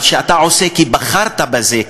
אבל שאתה עושה כי בחרת בזה,